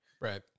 Right